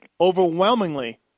overwhelmingly